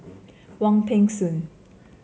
Wong Peng Soon